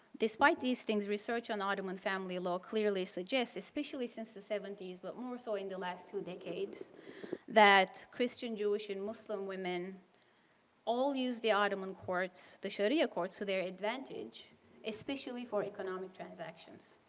despite these things, research on ottoman family law clearly suggests especially since the seventy s, but more so in the last two decades that christian, jewish and muslim women all used the ottoman courts the sharia courts to their advantage especially for economic transactions.